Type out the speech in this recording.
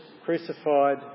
crucified